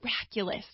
miraculous